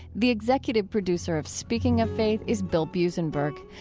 the executive producer of speaking of faith is bill buzenberg.